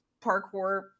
parkour